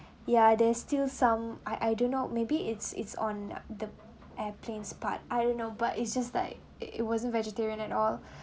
ya there's still some I I don't know maybe it's it's on the airplanes part I don't know but it's just like it wasn't vegetarian at all